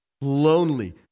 lonely